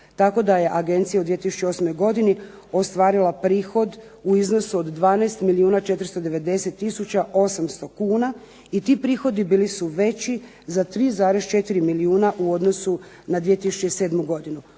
Tako da je Agencija u 2008. godini ostvarila prihod u iznosu od 12 milijuna 490 tisuća 800 kuna i ti prihodi bili su veći za 3,4 milijuna u odnosu na 2007. godinu.